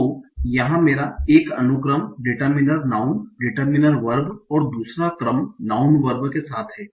तो यहाँ मेरा एक अनुक्रम डिटरमिनर नाऊँन डिटरमिनर वर्ब और दूसरा क्रम नाऊँन वर्ब के साथ है